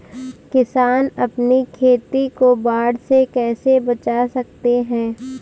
किसान अपनी खेती को बाढ़ से कैसे बचा सकते हैं?